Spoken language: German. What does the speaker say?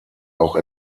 auch